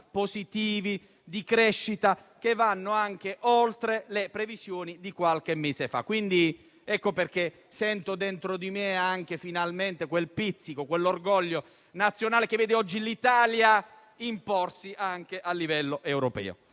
positivi di crescita che vanno anche oltre le previsioni di qualche mese. Per questo, finalmente sento dentro di me quel pizzico di orgoglio nazionale che vede oggi l'Italia imporsi anche a livello europeo.